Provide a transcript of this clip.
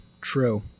true